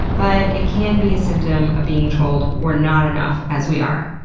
but it can be a symptom of being trolled or not enough as we are.